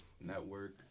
network